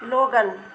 लोगन